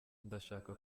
ndashaka